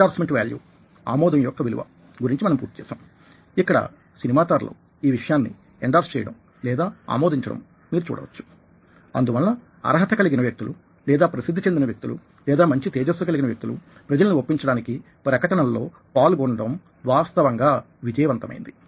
endorsement value ఆమోదం యొక్క విలువ గురించి మనం పూర్తి చేశాం ఇక్కడ సినిమా తారలు ఈ విషయాన్ని ఎండార్స్ చేయడం లేదా ఆమోదించడం మీరు ఇక్కడ చూడవచ్చు అందువలన అర్హత కలిగిన వ్యక్తులు లేదా ప్రసిద్ధి చెందిన వ్యక్తులు లేదా మంచి తేజస్సు కలిగిన వ్యక్తులు ప్రజలని ఒప్పించడానికి ప్రకటనల లో పాల్గొనడం వాస్తవంగా విజయవంతమైనది